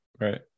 Right